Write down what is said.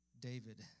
David